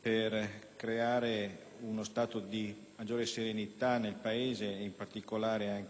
per creare uno stato di maggiore serenità nel Paese e, in particolare,